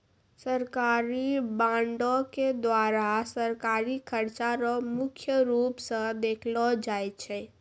सरकारी बॉंडों के द्वारा सरकारी खर्चा रो मुख्य रूप स देखलो जाय छै